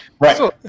Right